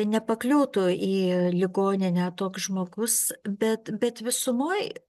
nepakliūtų į ligoninę toks žmogus bet bet visumoj